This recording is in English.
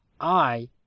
I